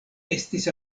estis